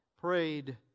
prayed